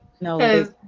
No